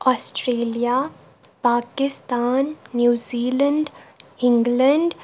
Australia Pakistan New Zealand England